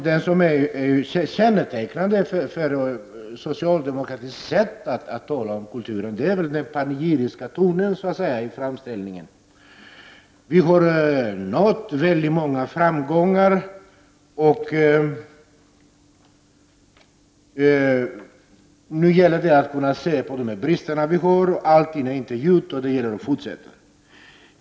Det som är kännetecknande för socialdemokratins sätt att tala om kulturen är den panegyriska tonen i framställningen. Många framgångar har nåtts, och nu gäller det att se på bristerna. Allt är inte gjort, och det gäller att fortsätta.